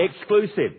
exclusive